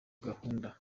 gahunda